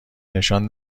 نشان